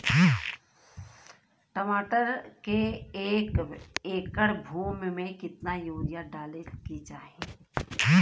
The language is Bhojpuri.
टमाटर के एक एकड़ भूमि मे कितना यूरिया डाले के चाही?